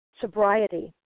sobriety